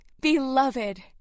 beloved